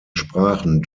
sprachen